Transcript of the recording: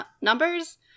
numbers